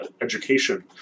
education